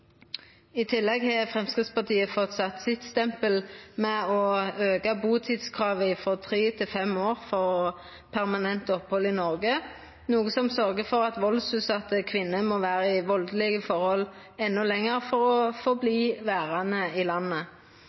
I tillegg har Framstegspartiet fått sett sitt stempel ved å auka butidskravet frå tre til fem år for permanent opphald i Noreg, noko som gjer at valdsutsette kvinner må vera i valdelege forhold endå lenger for å få verta verande i landet.